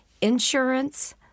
insurance